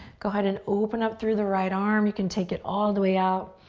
go ahead and open up through the right arm. you can take it all the way out